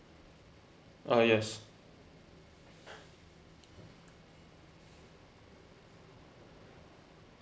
uh yes